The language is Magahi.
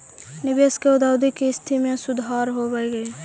निवेश से औद्योगिक स्थिति में सुधार होवऽ हई